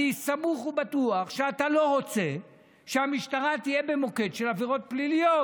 אני סמוך ובטוח שאתה לא רוצה שהמשטרה תהיה במוקד של עבירות פליליות